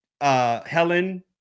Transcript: Helen